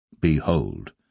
Behold